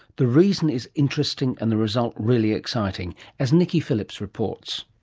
the reason is interesting and the result really exciting, as nicky phillips reports.